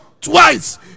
twice